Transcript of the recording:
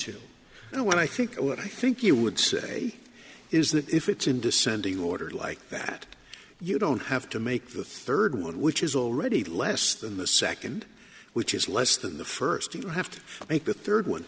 when i think what i think you would say is that if it's in descending order like that you don't have to make the third one which is already less than the second which is less than the first you have to make the third one